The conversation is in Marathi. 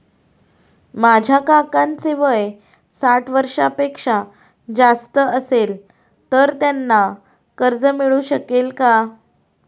माझ्या काकांचे वय साठ वर्षांपेक्षा जास्त असेल तर त्यांना कर्ज मिळू शकेल का?